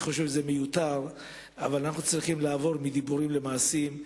אבל אנחנו צריכים לעבור מדיבורים למעשים,